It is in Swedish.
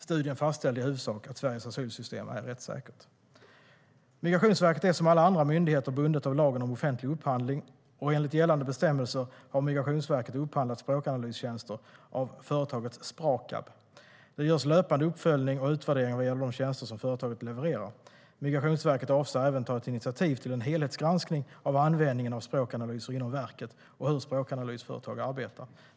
Studien fastställde i huvudsak att Sveriges asylsystem är rättssäkert. Migrationsverket är som alla andra myndigheter bundet av lagen om offentlig upphandling, och enligt gällande bestämmelser har Migrationsverket upphandlat språkanalystjänster av företaget Sprakab. Det görs löpande uppföljning och utvärdering av de tjänster som företaget levererar. Migrationsverket avser även att ta ett initiativ till en helhetsgranskning av användningen av språkanalyser inom verket och hur språkanalysföretag arbetar.